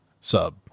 sub